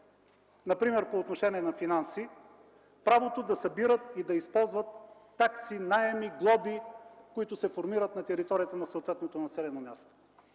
например по отношение на финанси правото да събират и използват такси, наеми, глоби, които се формират на територията на съответното населено място.